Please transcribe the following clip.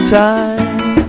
time